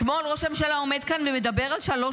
אתמול ראש הממשלה עומד כאן ומדבר על שלוש